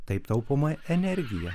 taip taupoma energija